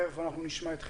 תכף אנחנו נשמע את חלקם.